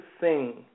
sing